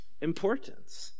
importance